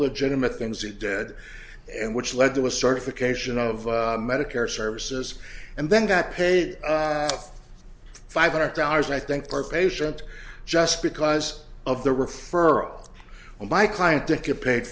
legitimate things it dead and which led to a certification of medicare services and then got paid five hundred dollars i think per patient just because of the referral when my client didn't get paid